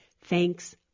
Thanks